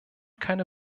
keine